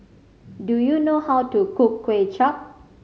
do you know how to cook Kuay Chap